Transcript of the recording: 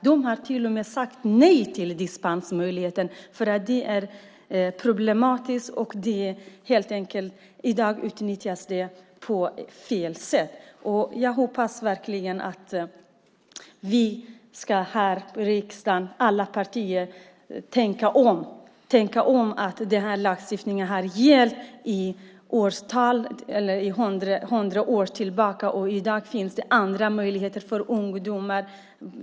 De har sagt nej till dispensmöjligheten, för att det är problematiskt och för att det i dag utnyttjas på fel sätt. Jag hoppas verkligen att vi alla partier här i riksdagen ska tänka om. Den här lagstiftningen har gällt i hundratals år. I dag finns det andra möjligheter för ungdomar.